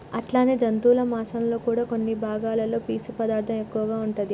అట్లనే జంతువుల మాంసంలో కూడా కొన్ని భాగాలలో పీసు పదార్థం ఎక్కువగా ఉంటాది